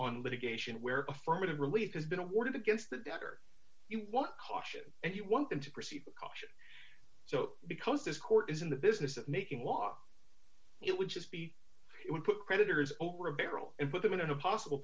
on litigation where affirmative relief has been awarded against the doctor you want caution and you want them to proceed with caution so because this court is in the business of making law it would just be creditors over a barrel and put them in an impossible